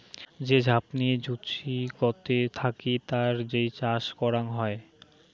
যে ঝাপনি জুচিকতে থাকি তার যেই চাষ করাং হই